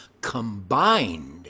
combined